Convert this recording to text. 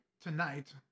Tonight